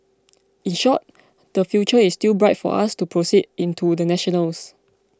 in short the future is still bright for us to proceed into the national's